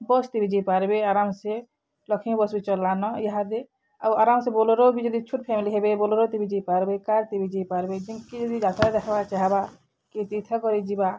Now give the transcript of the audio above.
ବସ୍ଥି ବି ଯାଇପାର୍ବେ ଆରାମ୍ସେ ଲକ୍ଷ୍ମୀ ବସ୍ ବି ଚଲ୍ଲାନ ଇହାଦେ ଆଉ ଆରାମ୍ସେ ବୋଲେରୋ ବି ଯଦି ଛୋଟ୍ ଫ୍ୟାମିଲି ହେବେ ବୋଲେରୋତି ବି ଯାଇପାର୍ବେ କାର୍ତି ବି ଯାଇପାର୍ବେ ଜେନ୍କେ ଯଦି ଯାତ୍ରା ଦେଖ୍ବା ଚାହେଁବା କି ତୀର୍ଥ କରି ଯିବା